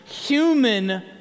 human